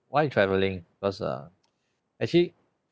why travelling cause uh actually